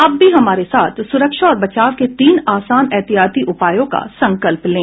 आप भी हमारे साथ सुरक्षा और बचाव के तीन आसान एहतियाती उपायों का संकल्प लें